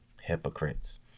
hypocrites